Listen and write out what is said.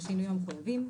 בשינויים המחויבים.